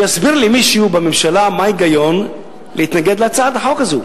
שיסביר לי מישהו בממשלה מה ההיגיון להתנגד להצעת החוק הזאת.